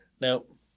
Nope